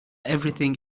everything